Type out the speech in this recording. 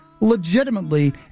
legitimately